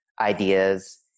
ideas